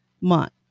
month